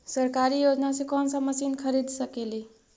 सरकारी योजना से कोन सा मशीन खरीद सकेली?